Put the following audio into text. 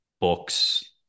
books